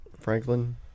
Franklin